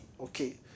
okay